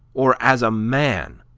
or as a man,